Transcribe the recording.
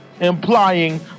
Implying